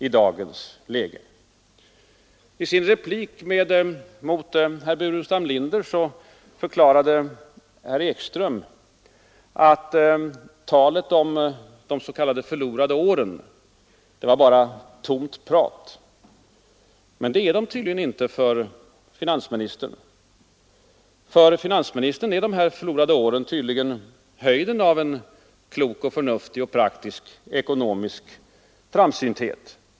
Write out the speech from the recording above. I sin replik till herr Burenstam Linder förklarade herr Ekström att talet om de s.k. förlorade åren bara var ”tomt prat”, men det är det tydligen inte för finansministern. För herr Sträng är de ”förlorade åren” tydligen höjden av klok, förnuftig och praktisk ekonomisk framsynthet.